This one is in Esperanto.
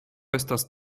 estas